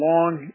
long